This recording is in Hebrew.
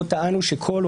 לא טענו שכל,